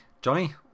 johnny